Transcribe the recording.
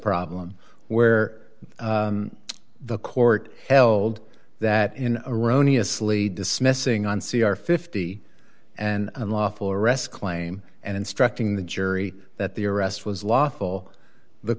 problem where the court held that in erroneous lee dismissing on c r fifty an unlawful arrest claim and instructing the jury that the arrest was lawful the